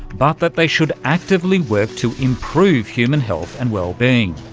but that they should actively work to improve human health and well-being.